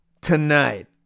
Tonight